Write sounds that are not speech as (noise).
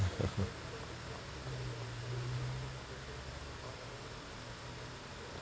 (laughs)